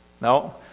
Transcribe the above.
No